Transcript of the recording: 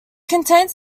contains